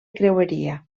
creueria